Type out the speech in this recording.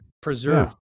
preserve